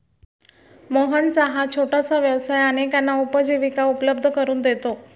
मोहनचा हा छोटासा व्यवसाय अनेकांना उपजीविका उपलब्ध करून देतो